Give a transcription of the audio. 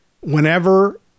whenever